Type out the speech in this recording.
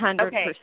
Okay